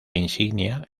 insignia